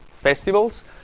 festivals